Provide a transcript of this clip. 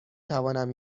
توانم